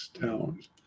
towns